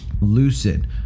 lucid